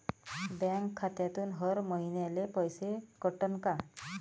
Bank खात्यातून हर महिन्याले पैसे कटन का?